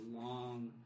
long